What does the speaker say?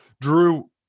Drew